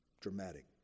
Dramatic